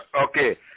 Okay